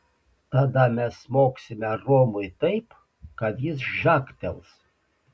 tada mes smogsime romui taip kad jis žagtels